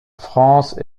france